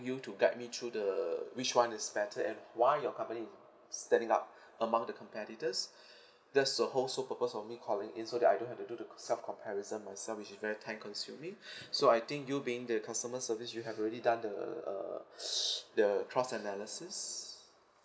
you to guide me through the which one is better and why your company s~ standing out among the competitors thus the whole sole purpose of me calling in so that I don't have to the co~ self comparison myself which is very time consuming so I think you being the customer service you have already done the uh the cross analysis